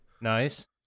Nice